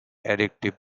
addictive